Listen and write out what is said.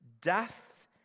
Death